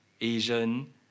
Asian